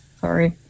Sorry